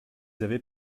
avaient